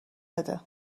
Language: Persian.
بده